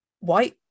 white